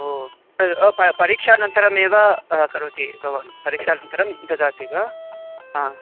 ओ परीक्षानन्तरमेव करोति भवान् परीक्षानन्तरं ददाति वा हा